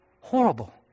Horrible